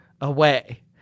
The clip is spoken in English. away